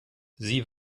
sie